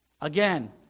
Again